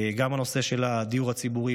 גם הנושא של הדיור הציבורי,